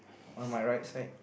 on my right side